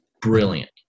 brilliant